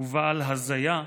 "ובעל הזיה,